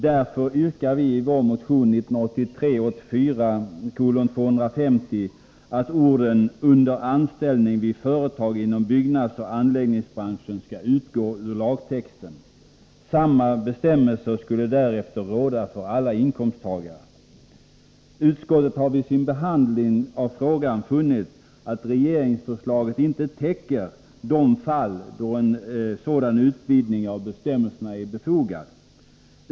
Därför yrkar vi i vår motion 1983/84:250 att orden ”under anställning vid företag inom byggnadsoch anläggningsbranschen” skall utgå ur lagtexten. Samma bestämmelser skulle därefter gälla för alla inkomsttagare. Utskottet har vid sin behandling av frågan funnit att regeringsförslaget inte täcker de fall då en sådan utvidgning av bestämmelserna är befogad.